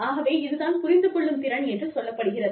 ஆகவே இது தான் புரிந்து கொள்ளும் திறன் என்று சொல்லப்படுகிறது